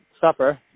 supper